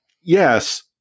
Yes